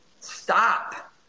stop